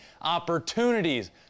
opportunities